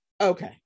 okay